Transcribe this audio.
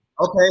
Okay